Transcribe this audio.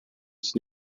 ist